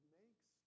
makes